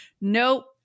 nope